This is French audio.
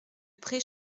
pré